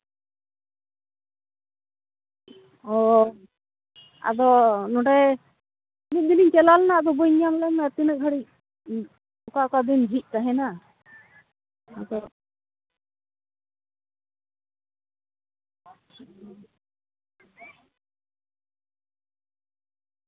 ᱚᱻ ᱟᱫᱚ ᱱᱚᱸᱰᱮ ᱢᱤᱫ ᱫᱤᱱᱤᱧ ᱪᱟᱞᱟᱣ ᱞᱮᱱᱟ ᱟᱫᱚ ᱵᱟᱹᱧ ᱧᱟᱢ ᱞᱮᱫ ᱢᱮᱭᱟ ᱛᱤᱱᱟᱹᱜ ᱜᱷᱟᱹᱲᱤᱡ ᱚᱠᱟ ᱚᱠᱟ ᱫᱤᱱ ᱡᱷᱤᱡ ᱛᱟᱦᱮᱸᱱᱟ ᱟᱫᱚ